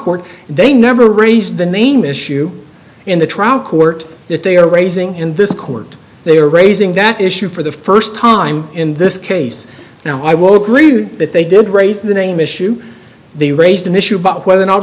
court they never raise the name issue in the trial court that they are raising in this court they are raising that issue for the first time in this case now i woke renewed that they did raise the name issue they raised an issue about whether